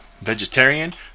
vegetarian